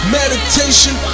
meditation